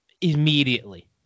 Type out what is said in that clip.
immediately